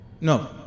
No